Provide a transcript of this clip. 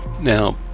Now